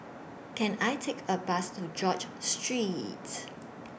Can I Take A Bus to George Street